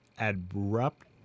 abrupt